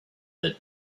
the